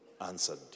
answered